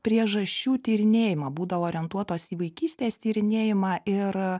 priežasčių tyrinėjimą būdavo orientuotos į vaikystės tyrinėjimą ir